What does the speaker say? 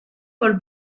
por